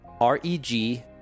reg